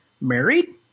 married